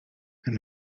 elle